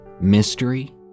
mystery